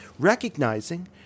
recognizing